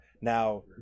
Now